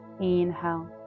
Inhale